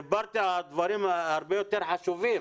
דיברתי על דברים הרבה יותר חשובים.